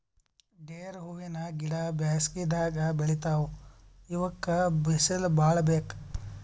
ಡೇರೆ ಹೂವಿನ ಗಿಡ ಬ್ಯಾಸಗಿದಾಗ್ ಬೆಳಿತಾವ್ ಇವಕ್ಕ್ ಬಿಸಿಲ್ ಭಾಳ್ ಬೇಕ್